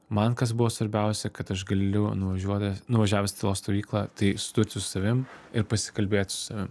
man kas buvo svarbiausia kad aš galiu nuvažiuoti nuvažiavęs į tylos stovyklą tai susidurt su savim ir pasikalbėt su savim